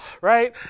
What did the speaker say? right